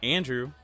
Andrew